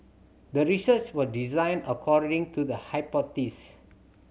the research was designed according to the hypothesis